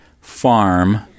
farm